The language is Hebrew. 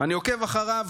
אני עוקב אחריו,